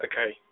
Okay